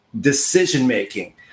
decision-making